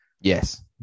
yes